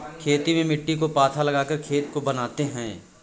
खेती में मिट्टी को पाथा लगाकर खेत को बनाते हैं?